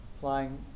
flying